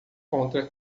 contra